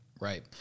Right